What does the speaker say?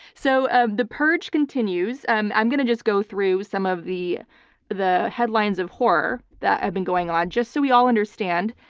so ah the purge continues, i'm i'm going to just go through some of the the headlines of horror that have been going on just so we all understand,